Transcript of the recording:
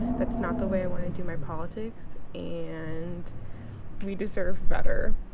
that's not the way i wanna do my politics. and we deserve better.